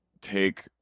take